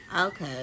Okay